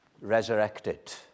resurrected